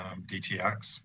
DTX